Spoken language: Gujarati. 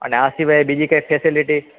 અને આ સિવાય બીજી કંઈ ફેસેલીટી